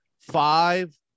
Five